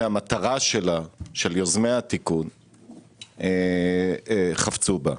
למטרה שיוזמי התיקון חפצו בה.